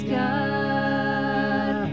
god